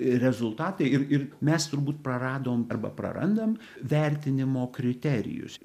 rezultatai ir ir mes turbūt praradom arba prarandam vertinimo kriterijus